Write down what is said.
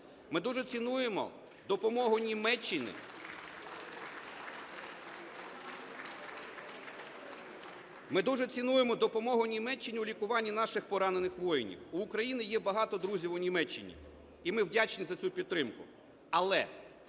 Ми дуже цінуємо допомогу Німеччини у лікуванні наших поранених воїнів. В України є багато друзів у Німеччині і ми вдячні за цю підтримку,